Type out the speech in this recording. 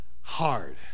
hard